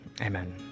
Amen